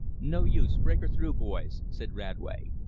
no use, break her through, boys, said radway.